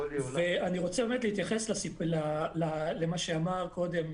ואני רוצה באמת להתייחס למה שאמר קודם